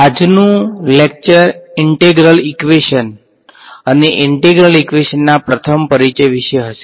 આજનું lecture integral equations અને integral ઈક્વેશનના પ્રથમ પરિચય વિશે હશે